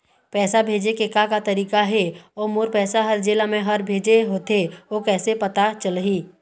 पैसा भेजे के का का तरीका हे अऊ मोर पैसा हर जेला मैं हर भेजे होथे ओ कैसे पता चलही?